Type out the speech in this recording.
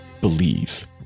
believe